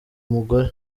mugore